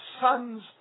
sons